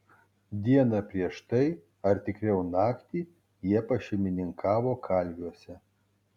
dieną prieš tai ar tikriau naktį jie pašeimininkavo kalviuose